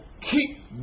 keep